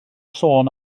sôn